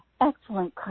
Excellent